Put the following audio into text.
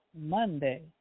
Monday